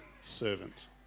servant